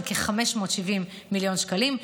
הן כ-570 מיליון שקלים.